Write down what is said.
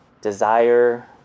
desire